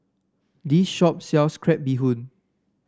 this shop sells Crab Bee Hoon